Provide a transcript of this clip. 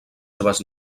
seves